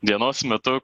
dienos metu